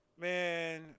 Man